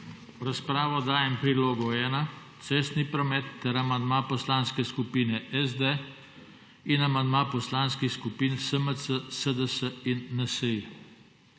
V razpravo dajem prilogo 1 Cestni promet ter amandma Poslanske skupine SD in amandma Poslanskih skupin SMC, SDS in NSi.